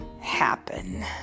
happen